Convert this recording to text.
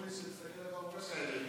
הם אמרו לי,